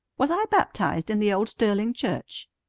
was i baptized in the old sterling church?